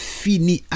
fini